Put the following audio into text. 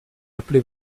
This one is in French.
appeler